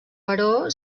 però